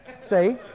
see